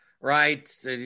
right